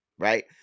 Right